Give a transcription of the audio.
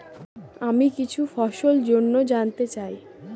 আমি কিছু ফসল জন্য জানতে চাই